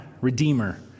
Redeemer